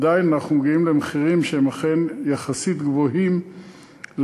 עדיין אנחנו מגיעים למחירים שהם אכן יחסית גבוהים למשתמשים,